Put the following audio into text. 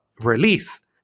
release